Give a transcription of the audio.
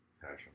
passion